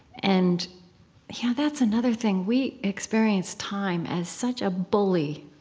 and yeah that's another thing. we experience time as such a bully.